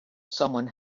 someone